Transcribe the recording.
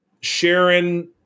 Sharon